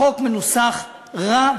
החוק מנוסח רע,